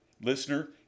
Listener